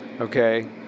Okay